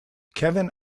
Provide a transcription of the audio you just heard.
kevin